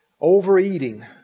Overeating